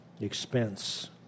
expense